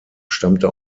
stammte